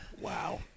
Wow